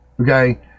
okay